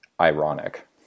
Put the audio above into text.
ironic